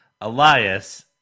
Elias